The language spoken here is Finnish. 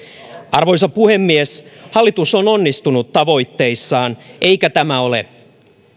arvoisa puhemies hallitus on onnistunut tavoitteissaan eikä tämä ole